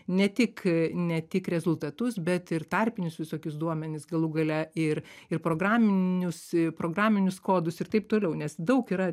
ne tik ne tik rezultatus bet ir tarpinius visokius duomenis galų gale ir ir programinius programinius kodus ir taip toliau nes daug yra